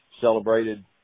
celebrated